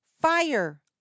fire